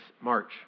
March